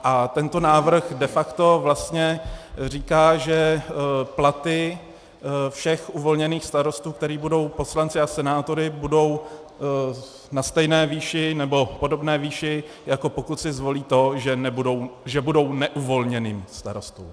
A tento návrh de facto vlastně říká, že platy všech uvolněných starostů, kteří budou poslanci a senátory, budou na stejné výši, nebo podobné výši, jako pokud si zvolí to, že budou neuvolněným starostou.